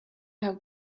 how